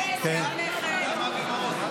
לנכדה ראשונה אפשר.